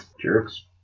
Jerks